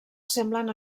semblen